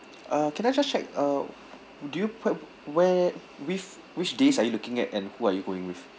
uh can I just check uh do you plan~ where which which day are you looking at and who are you going with